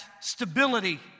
stability